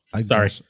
Sorry